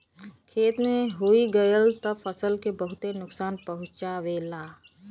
खेते में होई गयल त फसल के बहुते नुकसान पहुंचावेला